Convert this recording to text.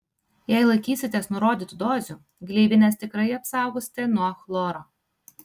jei laikysitės nurodytų dozių gleivines tikrai apsaugosite nuo chloro